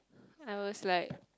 I was like